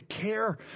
care